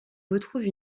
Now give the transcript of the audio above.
retrouve